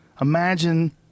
imagine